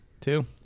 Two